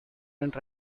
and